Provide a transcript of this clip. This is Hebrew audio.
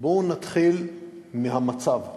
בואו נתחיל מהמצב,